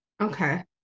okay